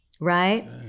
Right